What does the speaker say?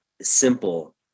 simple